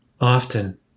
Often